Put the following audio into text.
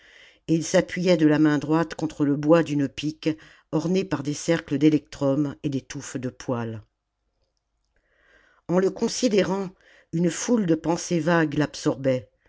et il s'appuyait de la main droite contre le bois d'une pique orné par des cercles d'électrum et des touffes de poil en le considérant une foule de pensées vagues l'absorbait